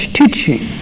teaching